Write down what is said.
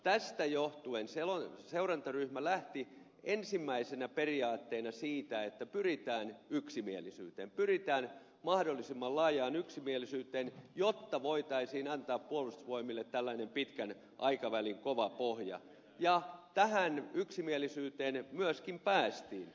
tästä johtuen seurantaryhmä lähti ensimmäisenä periaatteena siitä että pyritään yksimielisyyteen pyritään mahdollisimman laajaan yksimielisyyteen jotta voitaisiin antaa puolustusvoimille tällainen pitkän aikavälin kova pohja ja tähän yksimielisyyteen myöskin päästiin